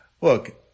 Look